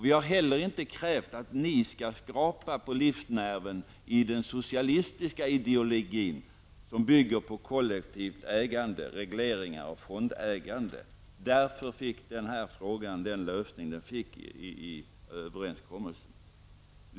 Vi har inte heller krävt att ni skall skrapa på livsnerven i den socialistiska ideologin som bygger på kollektivt ägande, regleringar och fondägande. Därför fick den här frågan den lösning som den nu fick i överenskommelsen.